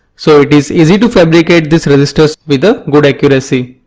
so it is easy to fabricate these resistors with ah good accuracy.